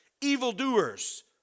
evildoers